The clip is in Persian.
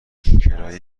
کرایه